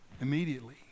Immediately